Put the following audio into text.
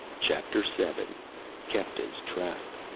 chapter seven kepta's trap